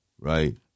right